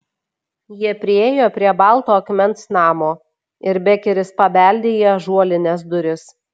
jie priėjo prie balto akmens namo ir bekeris pabeldė į ąžuolines duris